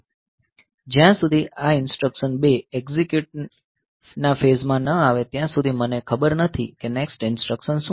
જ્યાં સુધી આ ઇન્સટ્રકશન 2 એકઝીક્યુટ ના ફેઝ માં ન આવે ત્યાં સુધી મને ખબર નથી કે નેક્સ્ટ ઇન્સટ્રકશન શું છે